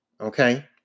Okay